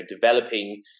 developing